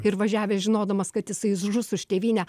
ir važiavę žinodamas kad jisai žus už tėvynę